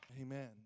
Amen